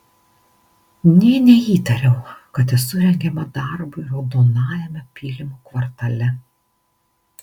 nė neįtariau kad esu rengiama darbui raudonajame pylimų kvartale